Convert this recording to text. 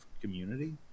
community